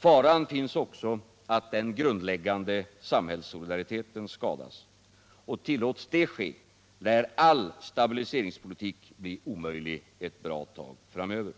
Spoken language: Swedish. Faran finns också att den grundläggande samhällssolidariteten skadas. Och tilllåts det ske, lär all stabiliseringspolitik bli omöjlig ett bra tag framöver.